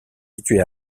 situé